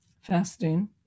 Fasting